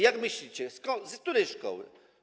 Jak myślicie, skąd, z której szkoły?